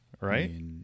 right